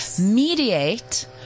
Mediate